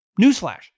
Newsflash